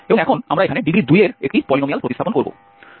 এবং এখন আমরা এখানে ডিগ্রী 2 এর একটি পলিনোমিয়াল প্রতিস্থাপন করব